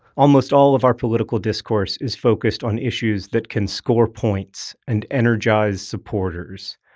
almost all of our political discourse is focused on issues that can score points and energize supporters.